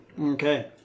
Okay